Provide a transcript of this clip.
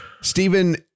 Stephen